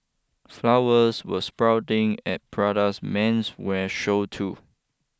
flowers were sprouting at Prada's menswear show too